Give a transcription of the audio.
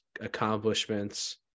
accomplishments